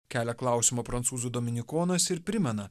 kelia klausimą prancūzų dominikonas ir primena